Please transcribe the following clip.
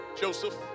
Joseph